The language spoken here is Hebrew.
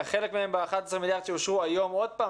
חלק מהם ב-11 מיליארד שקל שאושרו היום עוד פעם.